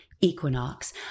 equinox